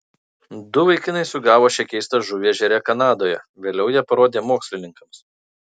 du vaikinai sugavo šią keistą žuvį ežere kanadoje vėliau ją parodė mokslininkams